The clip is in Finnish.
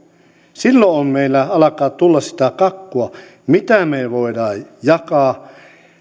silloin meillä alkaa tulla sitä kakkua mitä me voimme jakaa